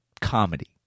comedy